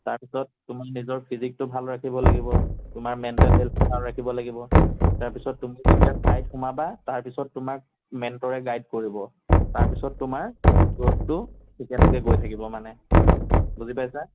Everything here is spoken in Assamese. তাৰপিছত তুমি নিজৰ ফিজিকটো ভাল ৰাখিব লাগিব তোমাৰ মেণ্টেল হেলথটো ভাল ৰাখিব লাগিব তাৰপিছত তুমি যেতিয়া চাইত সোমাবা তাৰপিছত তোমাক মেণ্টৰে গাইড কৰিব তাৰপিছত তোমাৰ গ্ৰথটো ঠিকে ঠাকে গৈ থাকিব মানে বুজি পাইছা